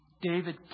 David